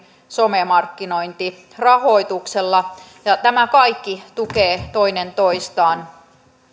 some markkinointirahoituksella ja tämä kaikki tukee toinen toistaan